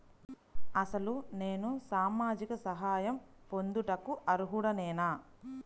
అసలు నేను సామాజిక సహాయం పొందుటకు అర్హుడనేన?